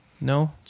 No